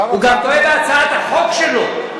הוא גם טועה בהצעת החוק שלו.